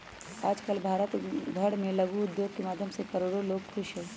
आजकल भारत भर में लघु उद्योग के माध्यम से करोडो लोग खुश हई